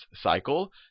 cycle